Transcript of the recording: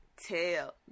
tell